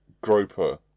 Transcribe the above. groper